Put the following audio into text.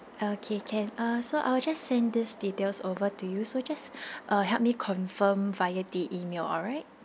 okay can uh so I will just send these details over to you so just help me confirm via the email alright